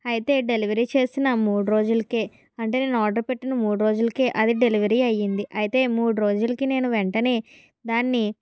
అయితే డెలివరీ చేసిన మూడు రోజులకే అంటే నేను ఆర్డర్ పెట్టిన మూడు రోజులకే అది డెలివరీ అయ్యింది అయితే మూడు రోజులకే నేను వెంటనే దాన్ని